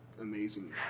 amazing